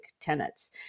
tenets